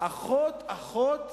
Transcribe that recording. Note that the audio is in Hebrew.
אחות אחות,